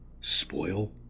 spoil